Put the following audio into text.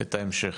את ההמשך.